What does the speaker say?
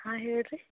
ಹಾಂ ಹೇಳಿ ರೀ